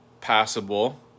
passable